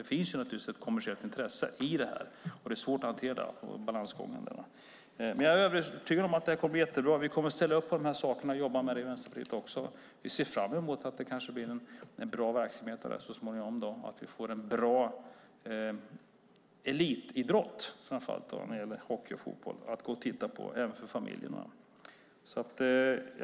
Det finns naturligtvis ett kommersiellt intresse i det här och det är svårt att hantera den balansgången. Jag är övertygad om att det här kommer att bli jättebra. Vi kommer att ställa upp på de här sakerna och jobba med dem i Vänsterpartiet också. Vi ser fram emot att det kanske blir en bra verksamhet av det här så småningom, att vi får en bra elitidrott, framför allt när det gäller hockey och fotboll, att gå och titta på även för familjerna.